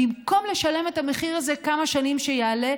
במקום לשלם את המחיר הזה כמה שנים שיעלה,